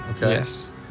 Yes